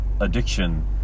addiction